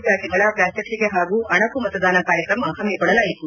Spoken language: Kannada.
ಪ್ಮಾಟ್ಗಳ ಪ್ರಾತ್ಯಕ್ಷಿಕೆ ಹಾಗೂ ಅಣಕು ಮತದಾನ ಕಾರ್ಯಕ್ರಮ ಹಮ್ಮಿಕೊಳ್ಳಲಾಯಿತು